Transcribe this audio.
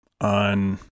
on